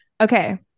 Okay